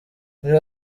muri